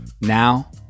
Now